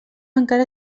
encara